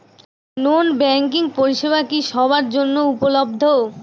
নন banking পরিষেবা কি সবার জন্য উপলব্ধ?